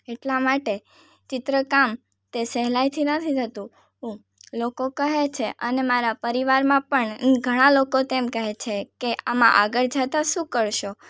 એટલા માટે ચિત્રકામ તે સહેલાઈથી નથી થતું ઉ લોકો કહે છે અને મારા પરિવારમાં પણ ઘણાં લોકો તેમ કહે છે કે આમાં આગળ જતાં શું કરશો